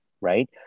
right